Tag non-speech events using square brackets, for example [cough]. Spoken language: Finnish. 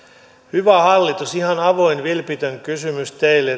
hyvä hallitus ihan avoin vipitön kysymys teille [unintelligible]